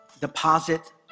deposit